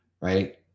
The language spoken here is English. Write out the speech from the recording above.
right